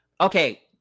Okay